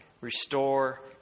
restore